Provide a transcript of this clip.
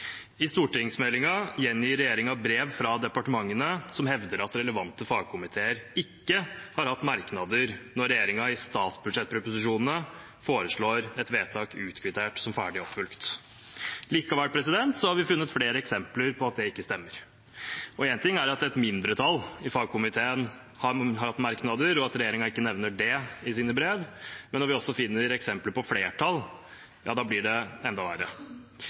I stortingsmeldingen gjengir regjeringen brev fra departementene, som hevder at relevante fagkomiteer ikke har hatt merknader når regjeringen i statsbudsjettsproposisjonene foreslår et vedtak utkvittert som ferdig fulgt opp. Likevel har vi funnet flere eksempler på at det ikke stemmer. En ting er at et mindretall i fagkomiteen har hatt merknader, og at regjeringen ikke nevner det i sine brev, men når vi også finner eksempler på flertall, blir det enda verre.